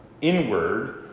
inward